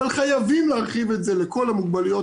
אבל חייבים להרחיב את זה לכל המוגבלויות